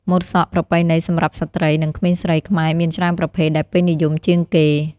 ម៉ូតសក់ប្រពៃណីសម្រាប់ស្ត្រី និងក្មេងស្រីខ្មែរមានច្រើនប្រភេទ ដែលពេញនិយមជាងគេ។